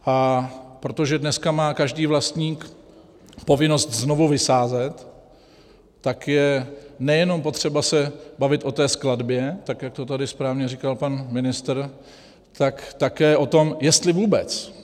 A protože dneska má každý vlastník povinnost znovu vysázet, tak je nejenom potřeba se bavit o té skladbě, jak to tady správně říkal pan ministr, ale také o tom, jestli vůbec.